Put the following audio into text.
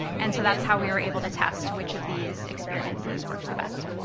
and so that's how we were able to test which of these experiences worked the best.